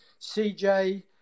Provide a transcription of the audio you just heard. CJ